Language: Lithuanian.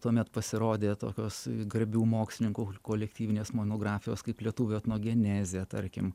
tuomet pasirodė tokios garbių mokslininkų kolektyvinės monografijos kaip lietuvių etnogenezė tarkim